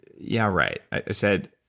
yeah, right. i said,